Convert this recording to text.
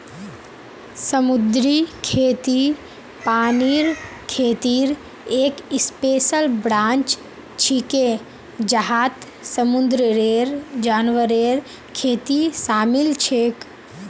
समुद्री खेती पानीर खेतीर एक स्पेशल ब्रांच छिके जहात समुंदरेर जानवरेर खेती शामिल छेक